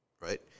right